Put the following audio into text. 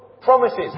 Promises